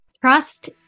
Trust